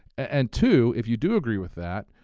and two, if you do agree with that,